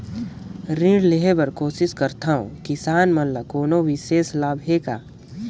ऋण लेहे बर कोशिश करथवं, किसान मन ल कोनो विशेष लाभ हे का?